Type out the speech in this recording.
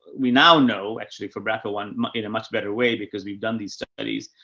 we now know, actually for braca one in a much better way because we've done these studies